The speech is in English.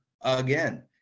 again